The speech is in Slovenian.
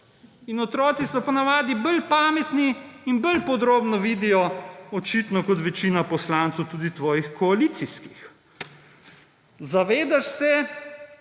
In otroci so po navadi bolj pametni in bolj podrobno vidijo, očitno, kot večina poslancev, tudi tvojih koalicijskih. Zavedaš se,